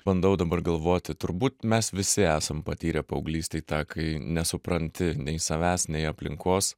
bandau dabar galvoti turbūt mes visi esam patyrę paauglystėj tą kai nesupranti nei savęs nei aplinkos